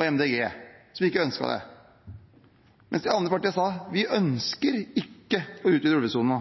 MDG, som ikke ønsket det. Men de andre partiene sa: Vi ønsker ikke å utvide ulvesonen.